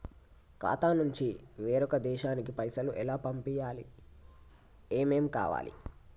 ఖాతా నుంచి వేరొక దేశానికి పైసలు ఎలా పంపియ్యాలి? ఏమేం కావాలి?